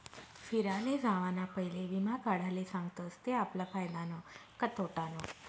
फिराले जावाना पयले वीमा काढाले सांगतस ते आपला फायदानं का तोटानं